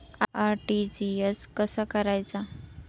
RTGS कसा करायचा?